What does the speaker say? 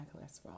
cholesterol